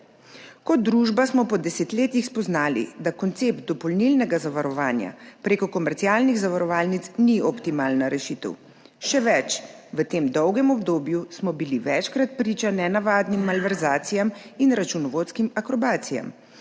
Kot družba smo po desetletjih spoznali, da koncept dopolnilnega zavarovanja preko komercialnih zavarovalnic ni optimalna rešitev. Še več, v tem dolgem obdobju smo bili večkrat priča nenavadnim malverzacijam in računovodskim akrobacijam.